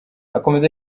akomeza